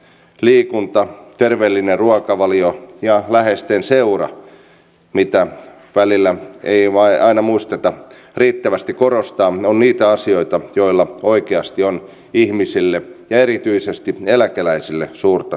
liikunta terveellinen ruokavalio ja läheisten seura mitä välillä ei vain aina muisteta riittävästi korostaa ovat niitä asioita joilla oikeasti on ihmisille ja erityisesti eläkeläisille suurta merkitystä